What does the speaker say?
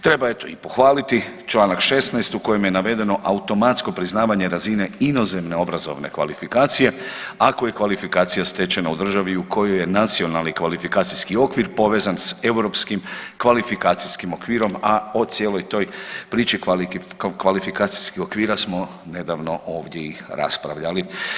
Treba eto i pohvaliti čl. 16. u kojem je navedeno automatsko priznavanje razine inozemne obrazovne kvalifikacije ako je kvalifikacija stečena u državi u kojoj je nacionalni kvalifikacijski okvir povezan s europskim kvalifikacijskim okvirom, a o cijeloj toj priči kvalifikacijskih okvira smo nedavno ovdje i raspravljali.